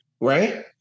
right